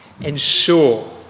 ensure